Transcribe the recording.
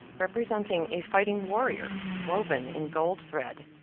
representing a fighting warrior, woven in gold thread,